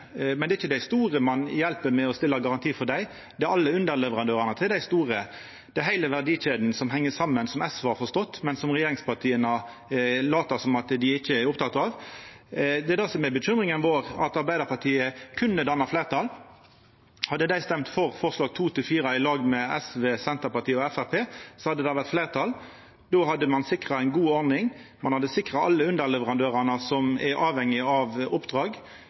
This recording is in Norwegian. er ikkje dei store ein hjelper med å stilla garanti for dei, det er alle underleverandørane til dei store. Det er heile verdikjeda, som heng saman, som SV har forstått, men som regjeringspartia lèt som dei ikkje er opptekne av. Det er det som er bekymringa vår, at Arbeidarpartiet hadde kunna danna fleirtal. Hadde dei stemt for forslaga nr. 2–4, i lag med SV, Senterpartiet og Framstegspartiet, hadde det vore fleirtal. Då hadde ein sikra ei god ordning, ein hadde sikra alle underleverandørane som er avhengige av oppdrag.